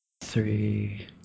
Three